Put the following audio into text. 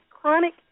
chronic